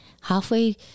halfway